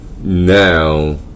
Now